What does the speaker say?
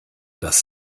das